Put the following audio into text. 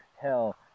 hell